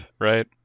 right